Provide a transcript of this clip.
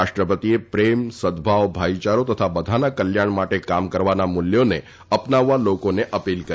રાષ્ટ્રપતિએ પ્રેમ સદભાવ ભાઇયારી તથા બધાના કલ્યાણ માટે કામ કરવાના મૂલ્યોને અપનાવવા લોકોને અપીલ કરી